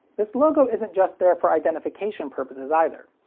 this logo isn't just there for identification purposes, either.